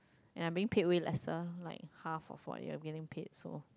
and I being paid with lesser like half or forth you are getting paid so